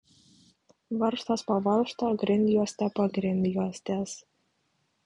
varžtas po varžto grindjuostė po grindjuostės